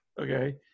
okay